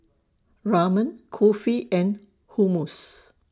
Ramen Kulfi and Hummus